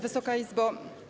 Wysoka Izbo!